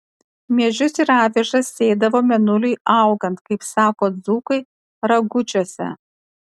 miežius ir avižas sėdavo mėnuliui augant kaip sako dzūkai ragučiuose